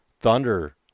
thunder